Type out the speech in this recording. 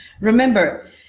Remember